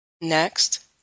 Next